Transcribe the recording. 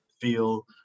feel